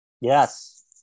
Yes